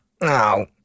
No